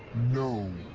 no!